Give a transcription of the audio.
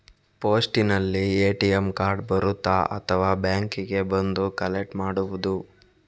ಪೋಸ್ಟಿನಲ್ಲಿ ATM card ಬರುತ್ತಾ ಅಥವಾ ಬ್ಯಾಂಕಿಗೆ ಬಂದು ಕಲೆಕ್ಟ್ ಮಾಡುವುದು?